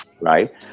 right